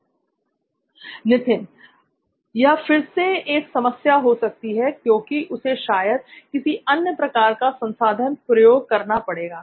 नित्थिन यह फिर से एक समस्या हो सकती है क्योंकि उसे शायद किसी अन्य प्रकार का संसाधन प्रयोग करना पड़ेगा